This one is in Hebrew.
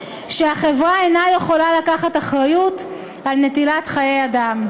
שהחברה אינה יכולה לקחת אחריות על נטילת חיי אדם.